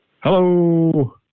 Hello